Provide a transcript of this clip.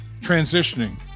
transitioning